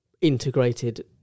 integrated